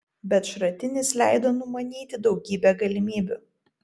bet šratinis leido numanyti daugybę galimybių